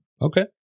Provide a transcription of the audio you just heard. Okay